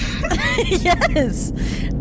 Yes